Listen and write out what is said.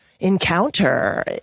encounter